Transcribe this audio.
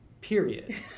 period